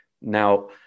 Now